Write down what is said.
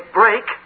break